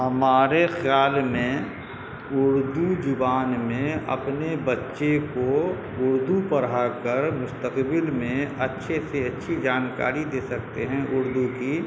ہمارے خیال میں اردو زبان میں اپنے بچے کو اردو پڑھا کر مستقبل میں اچھے سے اچھی جانکاری دے سکتے ہیں اردو کی